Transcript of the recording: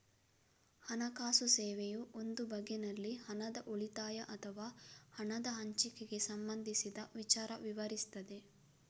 ಹಣಕಾಸು ಸೇವೆಯು ಒಂದು ಬಗೆನಲ್ಲಿ ಹಣದ ಉಳಿತಾಯ ಅಥವಾ ಹಣದ ಹಂಚಿಕೆಗೆ ಸಂಬಂಧಿಸಿದ ವಿಚಾರ ವಿವರಿಸ್ತದೆ